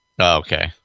Okay